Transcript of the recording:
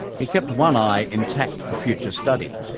he kept one eye intact for future study,